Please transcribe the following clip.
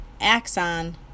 axon